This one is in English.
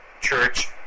church